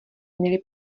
měly